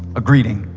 a greeting.